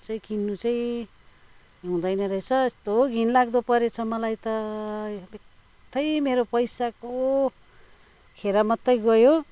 चाहिँ किन्नु चाहिँ हुँदैन रहेछ यस्तो घिनलाग्दो परेछ मलाई त यो बित्थै मेरो पैसाको खेरा मात्रै गयो